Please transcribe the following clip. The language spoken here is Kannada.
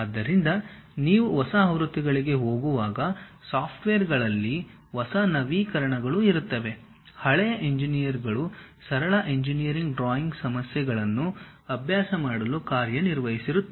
ಆದ್ದರಿಂದ ನೀವು ಹೊಸ ಆವೃತ್ತಿಗಳಿಗೆ ಹೋಗುವಾಗ ಸಾಫ್ಟ್ವೇರ್ ಗಳಲ್ಲಿ ಹೊಸ ನವೀಕರಣಗಳು ಇರುತ್ತವೆ ಹಳೆಯ ಇಂಜಿನಿಯರಿಂಗ್ಗಳು ಸರಳ ಇಂಜಿನಿಯರಿಂಗ್ ಡ್ರಾಯಿಂಗ್ ಸಮಸ್ಯೆಗಳನ್ನು ಅಭ್ಯಾಸ ಮಾಡಲು ಕಾರ್ಯನಿರ್ವಹಿಸಿರುತ್ತವೆ